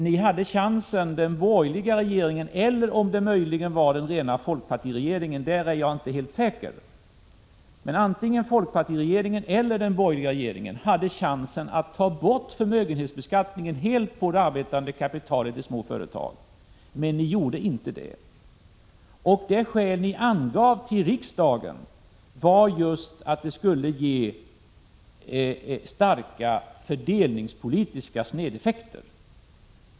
Ni hade i den borgerliga regeringen eller möjligen i den rena folkpartiregeringen — där är jag inte helt säker — chansen att helt ta bort förmögenhetsbeskattningen på det arbetande kapitalet i små företag, men ni gjorde inte det. Det skäl ni angav för riksdagen var just att det skulle ge starka fördelningspolitiska snedeffekter.